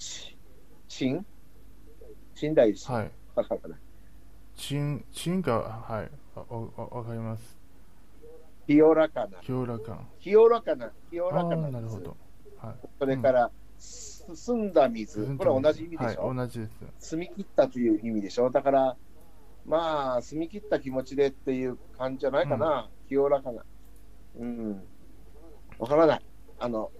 し- しん。しんだい-はい。わかるかな？しん- しんか、はい。お、お、お、わかります。清らかな。清らか。清らかな。清らかな水。あー、なるほど。はい。それから、うん。す- 澄んだ水。澄んだ水。これは同じ意味でしょ？はい、同じです。澄み切ったという意味でしょ？だから、まあ、澄み切った気持ちでっていう感じじゃないかな？うん。清らかな。うん。わからない。あの、